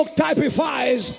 typifies